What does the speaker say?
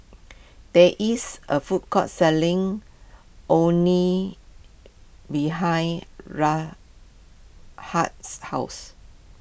there is a food court selling Orh Nee behind Rashad's house